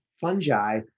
fungi